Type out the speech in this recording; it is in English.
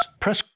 Press